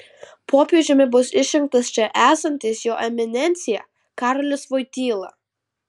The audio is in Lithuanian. popiežiumi bus išrinktas čia esantis jo eminencija karolis voityla